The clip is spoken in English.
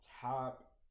top